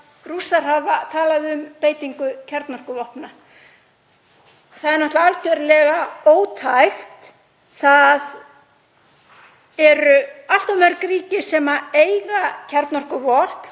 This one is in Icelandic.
Rússar hafa talað um beitingu kjarnorkuvopna. Það er náttúrlega algjörlega ótækt. Það eru allt of mörg ríki sem eiga kjarnorkuvopn